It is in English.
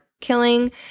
killing